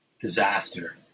disaster